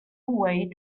way